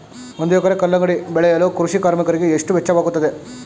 ಒಂದು ಎಕರೆ ಕಲ್ಲಂಗಡಿ ಬೆಳೆಯಲು ಕೃಷಿ ಕಾರ್ಮಿಕರಿಗೆ ಎಷ್ಟು ವೆಚ್ಚವಾಗುತ್ತದೆ?